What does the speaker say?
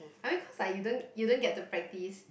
I mean cause like you don't you don't get to practice